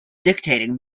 dictating